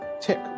tick